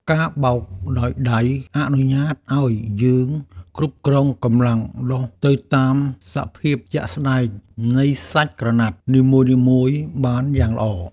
ការបោកដោយដៃអនុញ្ញាតឱ្យយើងគ្រប់គ្រងកម្លាំងដុសទៅតាមសភាពជាក់ស្តែងនៃសាច់ក្រណាត់នីមួយៗបានយ៉ាងល្អ។